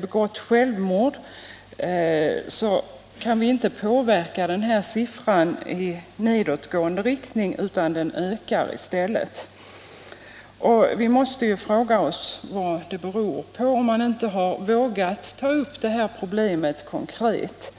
begått självmord finner vi att man inte har kunnat påverka den sistnämnda siffran i nedåtgående riktning utan att den tvärtom stiger. Och vi måste fråga oss vad det beror på; om man inte har vågat ta upp det här problemet konkret.